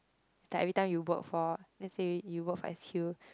like every time you work for lets say you work for S_Q